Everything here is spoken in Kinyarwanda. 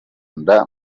nda